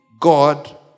God